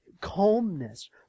calmness